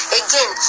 again